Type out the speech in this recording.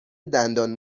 دندان